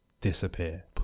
disappear